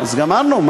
אז גמרנו,